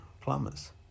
plumbers